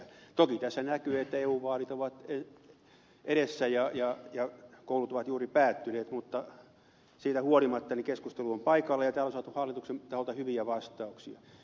toki tässä näkyy että eu vaalit ovat edessä ja koulut ovat juuri päättyneet mutta siitä huolimatta keskustelu on paikallaan ja täällä on saatu hallituksen taholta hyviä vastauksia